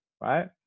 right